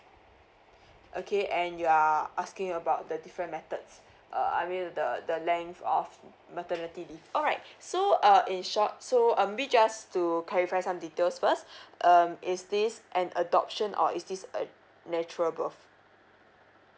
okay and you are asking about the different methods uh I mean the the length of maternity leave alright so uh in short so uh maybe just to clarify some details first um is this an adoption or is this a natural birth